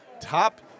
Top